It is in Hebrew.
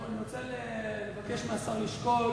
אני רוצה לבקש מהשר לשקול